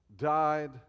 died